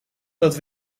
dat